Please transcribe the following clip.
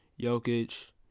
Jokic